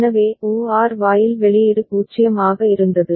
எனவே OR வாயில் வெளியீடு 0 ஆக இருந்தது